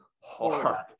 hard